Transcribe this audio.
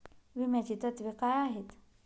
विम्याची तत्वे काय आहेत?